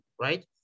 right